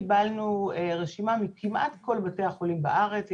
קיבלנו רשימה מכמעט כל בתי החולים בארץ.